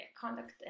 conduct